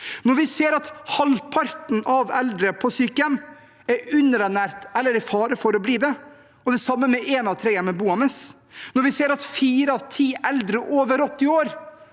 Når vi ser at halvparten av eldre på sykehjem er underernært eller i fare for å bli det, og det samme gjelder én av tre hjemmeboende, når vi ser at fire av ti eldre over 80 år